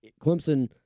Clemson